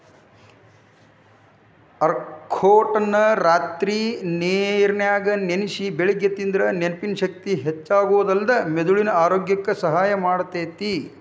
ಅಖ್ರೋಟನ್ನ ರಾತ್ರಿ ನೇರನ್ಯಾಗ ನೆನಸಿ ಬೆಳಿಗ್ಗೆ ತಿಂದ್ರ ನೆನಪಿನ ಶಕ್ತಿ ಹೆಚ್ಚಾಗೋದಲ್ದ ಮೆದುಳಿನ ಆರೋಗ್ಯಕ್ಕ ಸಹಾಯ ಮಾಡ್ತೇತಿ